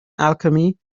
alchemy